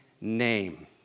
name